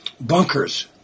Bunkers